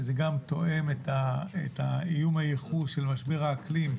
שזה גם תואם את האיום הייחוס של משבר האקלים,